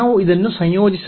ನಾವು ಇದನ್ನು ಸಂಯೋಜಿಸೋಣ